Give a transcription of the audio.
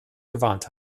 gewarnt